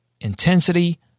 intensity